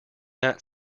that